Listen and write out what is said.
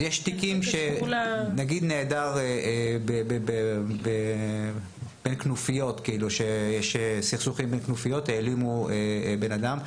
למשל נעדר בין כנופיות במקרה שיש סכסוך בין כנופיות והעלימו בן אדם,